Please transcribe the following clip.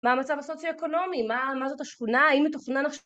מה המצב הסוציו-אקונומי, מה זאת השכונה, האם מתוכנן עכשיו